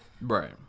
Right